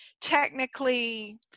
technically